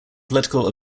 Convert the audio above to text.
political